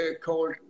called